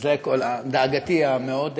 זה כל דאגתי המאוד,